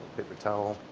paper towel.